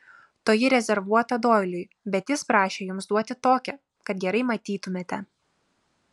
toji rezervuota doiliui bet jis prašė jums duoti tokią kad gerai matytumėte